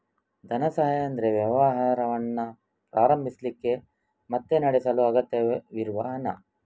ಧನ ಸಹಾಯ ಅಂದ್ರೆ ವ್ಯವಹಾರವನ್ನ ಪ್ರಾರಂಭಿಸ್ಲಿಕ್ಕೆ ಮತ್ತೆ ನಡೆಸಲು ಅಗತ್ಯವಿರುವ ಹಣ